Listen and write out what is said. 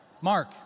Mark